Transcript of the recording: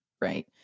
Right